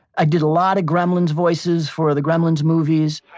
i did a lot of gremlins voices for the gremlins movies.